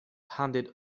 handed